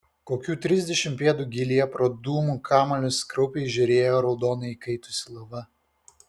kokių trisdešimt pėdų gylyje pro dūmų kamuolius kraupiai žėrėjo raudonai įkaitusi lava